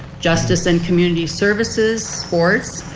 justice and community services, sports,